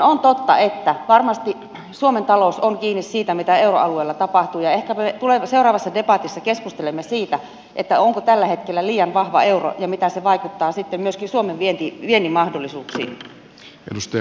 on totta että varmasti suomen talous on kiinni siitä mitä euroalueella tapahtuu ja ehkä me seuraavassa debatissa keskustelemme siitä onko euro tällä hetkellä liian vahva ja mitä se vaikuttaa sitten myöskin suomen viennin mahdollisuuksiin